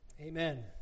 Amen